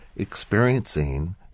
experiencing